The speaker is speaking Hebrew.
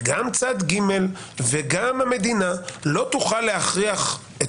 גם צד ג' וגם המדינה לא תוכל להכריח את